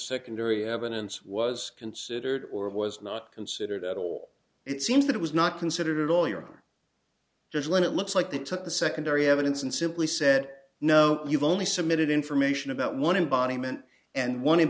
secondary evidence was considered or was not considered at all it seems that it was not considered a lawyer just let it looks like they took the secondary evidence and simply said no you've only submitted information about one body meant and